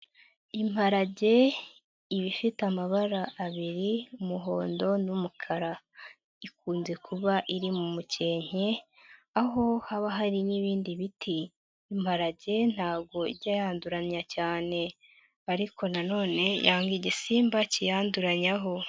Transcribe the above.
Imparage iba ifite amabara abiri, umuhondo n'umukara. Ikunze kuba iri mu mukenke, aho haba hari n'ibindi biti. Imparage ntago ijya yanduranya cyane ariko na none yanga igisimba kiyanduranyaho.